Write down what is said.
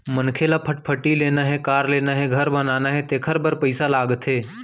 मनखे ल फटफटी लेना हे, कार लेना हे, घर बनाना हे तेखर बर पइसा लागथे